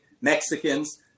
Mexicans